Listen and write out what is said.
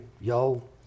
y'all